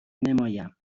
نمایم